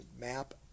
map